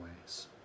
ways